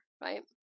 right